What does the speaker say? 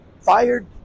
fired